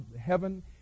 heaven